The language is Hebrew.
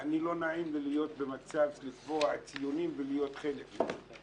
ולא נעים לי להיות במצב של לקבוע ציונים ולהיות חלק מזה.